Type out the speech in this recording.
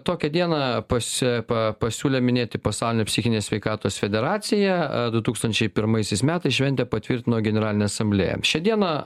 tokią dieną pas pa pasiūlė minėti pasaulinė psichinės sveikatos federacija du tūkstančiai pirmaisiais metais šventę patvirtino generalinė asamblėja šią dieną